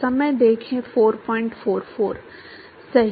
सही